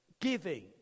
Giving